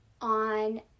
on